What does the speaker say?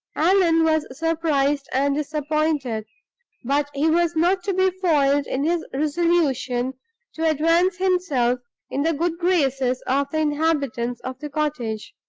allan was surprised and disappointed but he was not to be foiled in his resolution to advance himself in the good graces of the inhabitants of the cottage.